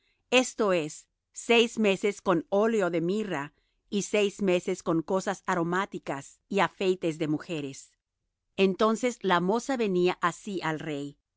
esto es seis meses con óleo de mirra y seis meses con cosas aromáticas y afeites de mujeres entonces la moza venía así al rey